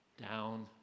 down